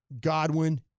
Godwin